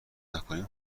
نکنیم